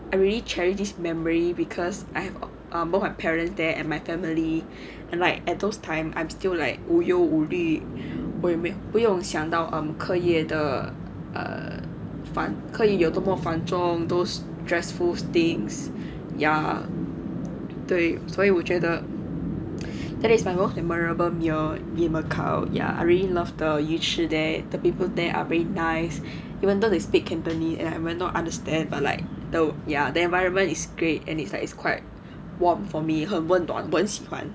I really cherish this memory because I have both my parents there and my family and like at those time I'm still like 无忧无虑未免不用想到课业的课业有多么繁重 those dreadful things ya 对所以我觉得 that is my most memorable year in macau ya I really love the 鱼翅 the people there are very nice even though they speak cantonese and I will not understand but like the ya their environment is great and it's like it's quite warm for me 很温暖我很喜欢 ya